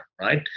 right